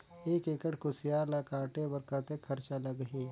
एक एकड़ कुसियार ल काटे बर कतेक खरचा लगही?